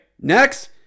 next